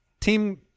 Team